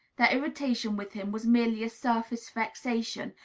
their irritation with him was merely a surface vexation,